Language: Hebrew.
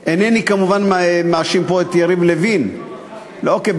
אינני, כמובן, מאשים את יריב לוין, ברור,